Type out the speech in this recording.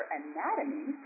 anatomy